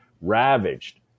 ravaged